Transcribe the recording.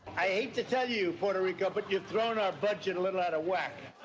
i hate to tell you, puerto rico, but you've thrown our budget a little out of whack.